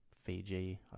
Fiji